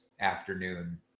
afternoon